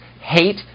hate